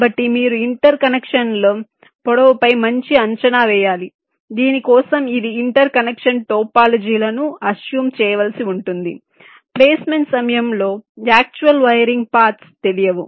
కాబట్టి మీరు ఇంటర్ కనెక్షన్ల పొడవుపై మంచి అంచనా వేయాలి దీని కోసం కొన్ని ఇంటర్ కనెక్షన్ టోపోలాజీలను అస్స్యూమ్ చేయవలసి ఉంటుంది ప్లేస్మెంట్ సమయంలో యాక్టుల్ వేరీయింగ్ పాత్స్ తెలియవు